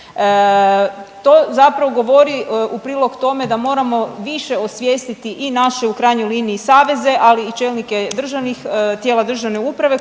To zapravo govori u prilog tome da moramo više osvijestiti i naše u krajnjoj liniji saveze, ali i čelnike državnih, tijela državne uprave